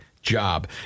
job